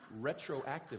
retroactively